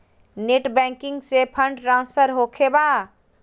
Net banking से fund transfer होखें बा?